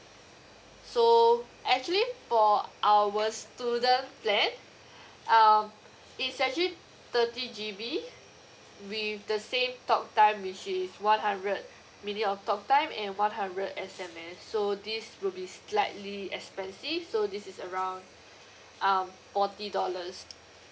so actually for our student plan um it's actually thirty G_B with the same talk time which is one hundred minute of talk time and one hundred S_M_S so this will be slightly expensive so this is around um forty dollars